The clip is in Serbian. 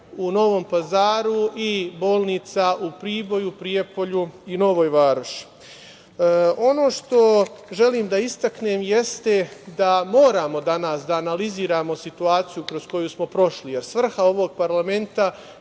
u Novom Pazaru i bolnica u Priboju, Prijepolju i Novoj Varoši. Ono što želim da istaknem jeste da moramo danas da analiziramo situaciju kroz koju smo prošli, jer svrha ovog parlamenta